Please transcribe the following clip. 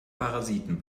parasiten